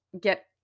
get